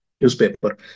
newspaper